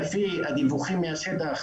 לפי הדיווחים מהשטח,